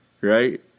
right